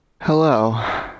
hello